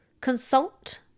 Consult